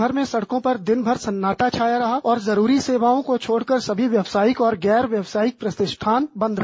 प्रदेशभर में आज सड़कों पर दिनभर सन्नाटा छाया रहा और जरूरी सेवाओं को छोड़ कर सभी व्यावसायिक और गैर व्यावसायिक प्रतिष्ठान बंद रहे